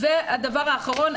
הדבר האחרון,